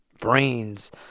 brains